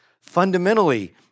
fundamentally